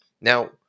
Now